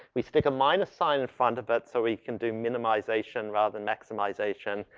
we stick a minus sign in front of it so we can do minimization rather than maximization.